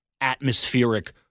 atmospheric